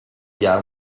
guerre